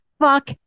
fuck